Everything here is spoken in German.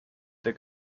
der